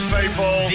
people